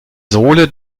sohle